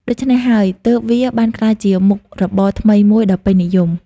ដូច្នេះហើយ ទើបវាបានក្លាយជាមុខរបរថ្មីមួយដ៏ពេញនិយម។